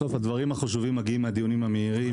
בסוף, הדברים החשובים מגיעים מהדיונים המהירים.